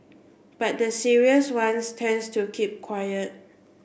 but the serious ones tends to keep quiet